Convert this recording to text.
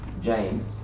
James